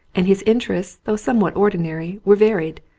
and his interests, though somewhat or dinary, were varied.